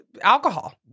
alcohol